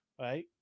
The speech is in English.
Right